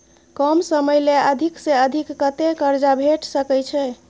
कम समय ले अधिक से अधिक कत्ते कर्जा भेट सकै छै?